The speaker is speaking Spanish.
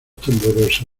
temblorosa